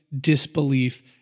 disbelief